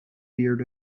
beard